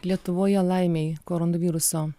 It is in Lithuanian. lietuvoje laimei koronaviruso